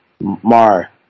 Mar